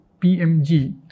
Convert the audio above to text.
PMG